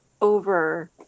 over